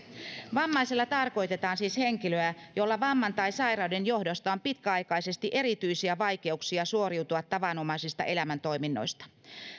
vammaisella tarkoitetaan siis henkilöä jolla vamman tai sairauden johdosta on pitkäaikaisesti erityisiä vaikeuksia suoriutua tavanomaisista elämäntoiminnoista